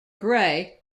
grey